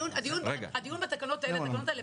התוקף של החוקים האלה,